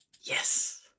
Yes